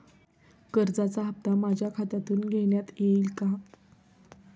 कर्जाचा हप्ता माझ्या खात्यातून घेण्यात येईल का?